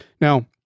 Now